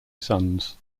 sons